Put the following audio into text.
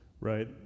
Right